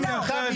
מי בעד?